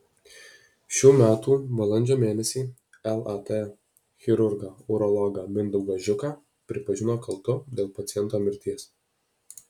šių metų balandžio mėnesį lat chirurgą urologą mindaugą žiuką pripažino kaltu dėl paciento mirties